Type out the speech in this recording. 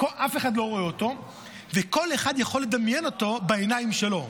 אף אחד לא רואה אותו וכל אחד יכול לדמיין אותו בעיניים שלו.